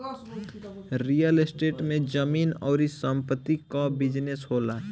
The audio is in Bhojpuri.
रियल स्टेट में जमीन अउरी संपत्ति कअ बिजनेस होला